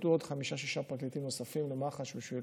וייקלטו עוד חמישה-שישה פרקליטים נוספים למח"ש בשביל